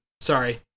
sorry